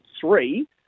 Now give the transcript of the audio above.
three